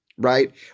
right